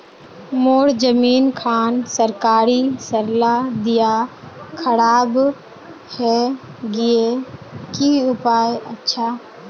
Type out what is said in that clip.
मोर जमीन खान सरकारी सरला दीया खराब है गहिये की उपाय अच्छा?